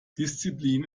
disziplin